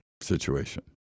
situation